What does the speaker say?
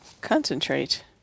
Concentrate